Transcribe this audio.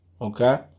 Okay